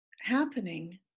happening